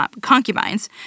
concubines